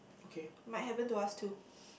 might happen to us too